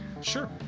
Sure